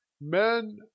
men